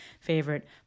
favorite